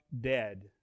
dead